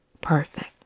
perfect